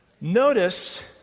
Notice